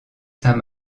saint